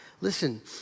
Listen